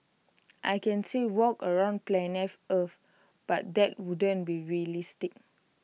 I can say walk around planet earth but that wouldn't be realistic